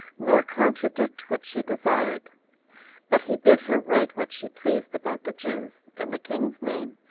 nor contradict what she desired but he bid her write what she pleased about the jews, in the king's name,